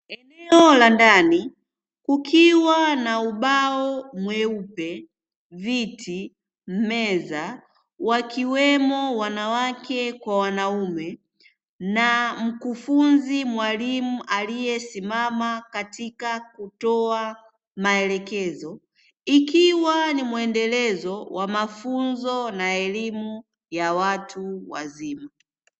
Eneo la ndani kukiwa na ubao mweupe, viti, meza, wakiwemo wanawake kwa wanaume na mkufunzi mwalimu aliyesimama katika kutoa maelekezo, ikiwa ni muendelezo wa mafunzo na elimu ya watu wazima.